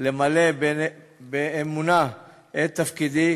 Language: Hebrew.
למלא באמונה את תפקידי